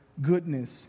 goodness